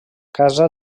casa